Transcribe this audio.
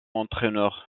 entraîneur